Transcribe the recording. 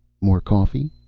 more coffee?